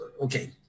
okay